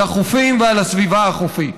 על החופים ועל הסביבה החופית.